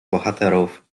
bohaterów